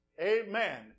Amen